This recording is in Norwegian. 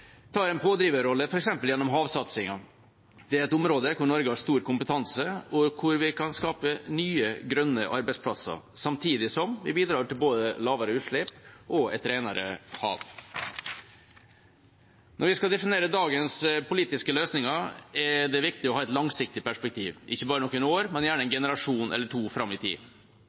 tar en pådriverrolle, f.eks. gjennom havsatsingen. Det er et område hvor Norge har stor kompetanse, og hvor vi kan skape nye grønne arbeidsplasser samtidig som vi bidrar til både lavere utslipp og et renere hav. Når vi skal definere dagens politiske løsninger, er det viktig å ha et langsiktig perspektiv – ikke bare noen år, men gjerne en generasjon eller to fram i tid.